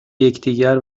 یکدیگر